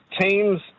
teams